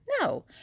no